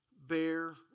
bear